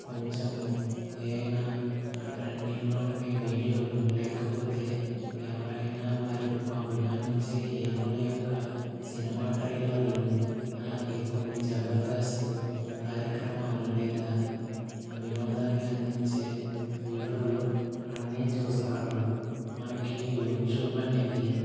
కొంచము ఏనా ట్రెండింగ్లో ఉండే వీడియోలు లేకపోతే ఎవరైనా వారికి అభిమానించే హీరోల యొక్క సినిమా ట్రైలర్లు అలాగే కొన్ని జబర్దస్త్ కార్యక్రమాలు లేదా వినోదాన్ని అందించే వీడియోలు అన్నీ చూస్తారు మనకి యూట్యూబ్ అనేది